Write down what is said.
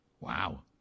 Wow